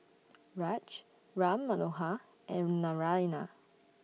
Raj Ram Manohar and Naraina